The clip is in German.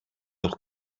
doch